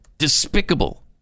despicable